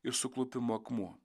ir suklupimo akmuo